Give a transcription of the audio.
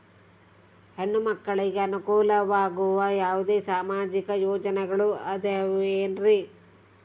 ಹೆಣ್ಣು ಮಕ್ಕಳಿಗೆ ಅನುಕೂಲವಾಗುವ ಯಾವುದೇ ಸಾಮಾಜಿಕ ಯೋಜನೆಗಳು ಅದವೇನ್ರಿ?